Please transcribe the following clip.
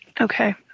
Okay